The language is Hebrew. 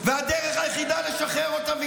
והדרך היחידה לשחרר אותם,